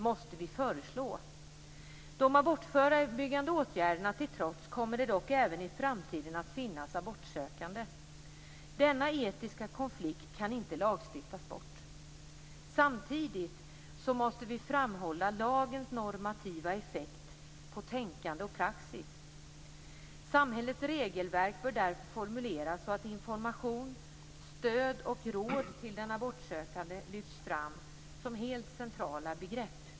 De abortförebyggande åtgärderna till trots kommer det dock även i framtiden att finnas abortsökande. Denna etiska konflikt kan inte lagstiftas bort. Samtidigt måste vi framhålla lagens normativa effekt på tänkande och praxis. Samhällets regelverk bör därför formuleras så att information, stöd och råd till den abortsökande lyfts fram som helt centrala begrepp.